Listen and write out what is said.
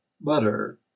butter